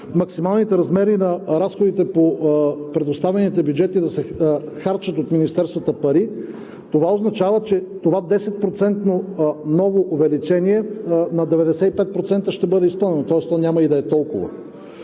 максималните размери на разходите по предоставените бюджети да се харчат от министерствата пари, това означава, че това 10-процентно ново увеличение на 95% ще бъде изпълнено, тоест то няма и да е толкова.